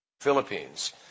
Philippines